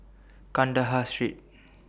Kandahar Street